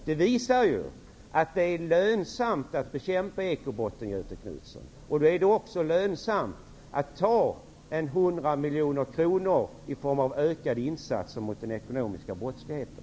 Det visar att det är lönsamt att bekämpa ekobrotten, Göthe Knutson, och då är det också lönsamt att ta i anspråk ca 100 miljoner kronor för ökade insatser mot den ekonomiska brottsligheten.